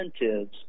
incentives